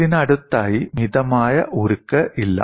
ഇതിനടുത്തായി മിതമായ ഉരുക്ക് ഇല്ല